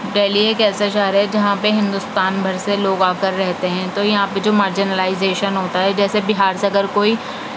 دہلی ایک ایسا شہر ہے جہاں پہ ہندوستان بھر سے لوگ آ کر رہتے ہیں تو یہاں پہ جو مارجینلائیزیشن ہوتا ہے جیسے بِھار سے اگر کوئی